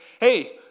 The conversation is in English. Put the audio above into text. hey